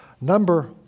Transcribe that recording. Number